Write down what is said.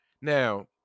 Now